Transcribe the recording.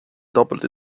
doubled